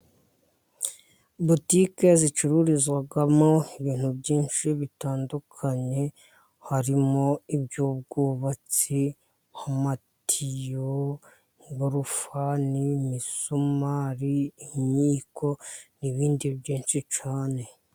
Botike zicururizwamo ibintu byinshi bitandukanye harimo: iby'ubwubatsi, amatiyo, ingorofani, imisumari, imyiko n'ibindi byinshi cyane.